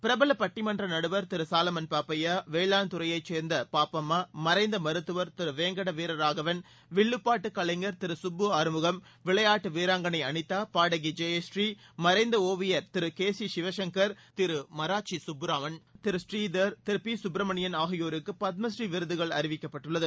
பிரபல பட்டிமன்ற நடுவர் திரு சாலமன் பாப்பையா வேளாண் துறையைச் சேர்ந்த பாப்பம்மா மறைந்த மருத்துவர் திருவேங்கட வீரராகவன் வில்லு பாட்டு கலைஞர் திரு குப்பு ஆறுமுகம் விளையாட்டு வீராங்கணை அளிதா பாடகி ஜெயஸ்ரீ மறைந்த ஒவியர் கே சி சிவசங்கர் திரு மராச்சி கட்புராமன் திரு ஸ்ரீதர் மறைந்த பி சுப்பிரமணியன் ஆகியோருக்கு பத்மஸ்ரீ விருதுகள் அறிவிக்கப்பட்டுள்ளது